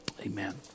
Amen